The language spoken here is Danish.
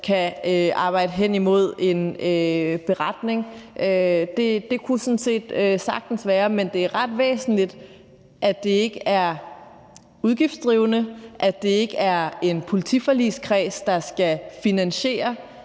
kan arbejde hen imod en beretning. Det kunne man sådan set sagtens, men det er ret væsentligt, at det ikke er udgiftsdrivende, at det ikke er en politiforligskreds, der skal finansiere